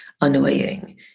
annoying